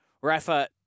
Rafa